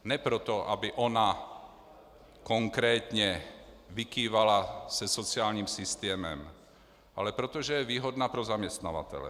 Ne proto, aby ona konkrétně vykývala se sociálním systémem, ale protože je výhodná pro zaměstnavatele.